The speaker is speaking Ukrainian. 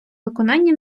виконанні